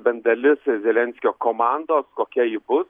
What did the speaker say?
bent dalis zelenskio komandos kokia ji bus